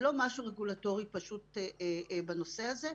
זה לא משהו רגולטורי פשוט בנושא הזה,